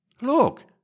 Look